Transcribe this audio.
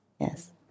Yes